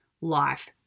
life